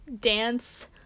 dance